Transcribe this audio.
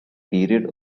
period